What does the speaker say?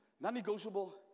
Non-negotiable